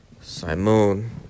Simon